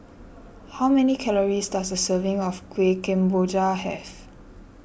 how many calories does a serving of Kueh Kemboja have